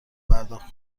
پرداخت